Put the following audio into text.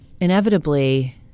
inevitably